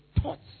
thoughts